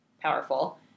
powerful